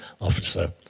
officer